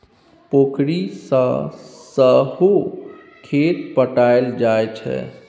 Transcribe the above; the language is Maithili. पोखरि सँ सहो खेत पटाएल जाइ छै